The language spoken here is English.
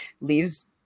leaves